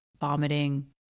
vomiting